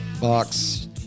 box